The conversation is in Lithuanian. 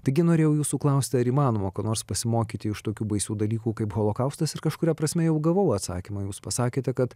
taigi norėjau jūsų klausti ar įmanoma ko nors pasimokyti iš tokių baisių dalykų kaip holokaustas ir kažkuria prasme jau gavau atsakymą jūs pasakėte kad